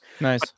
Nice